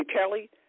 Kelly